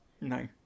No